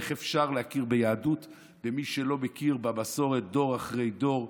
איך אפשר להכיר כיהדות מי שלא מכיר במסורת דור אחרי דור,